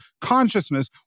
consciousness